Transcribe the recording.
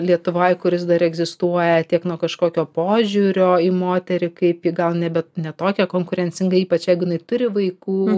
lietuvoj kuris dar egzistuoja tiek nuo kažkokio požiūrio į moterį kaip ji gal nebe ne tokia konkurencinga ypač jeigu jinai turi vaikų